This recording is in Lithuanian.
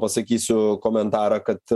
pasakysiu komentarą kad